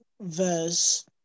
verse